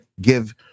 give